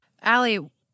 Allie